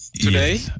today